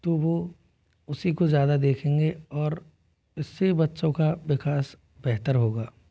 तो वह उसी को ज़्यादा देखेंगे और इससे बच्चों का विकास बेहतर होगा